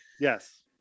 Yes